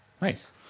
Nice